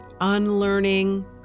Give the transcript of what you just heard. unlearning